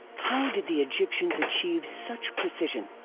how did the egyptians achieve such precision?